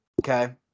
okay